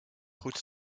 goed